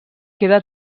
queda